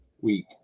week